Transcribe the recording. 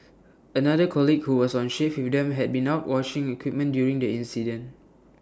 another colleague who was on shift with them had been out washing equipment during the incident